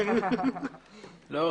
לא.